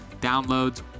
downloads